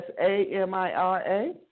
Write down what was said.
A-M-I-R-A